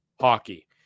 Hockey